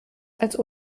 als